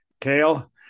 Kale